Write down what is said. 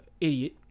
idiot